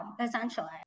essentially